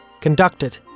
conducted